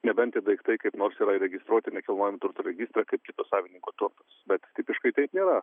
nebent tie daiktai kaip nors yra įregistruoti nekilnojamo turto registre kaip kito savininko turtas bet tipiškai taip nėra